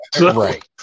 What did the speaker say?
Right